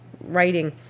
writing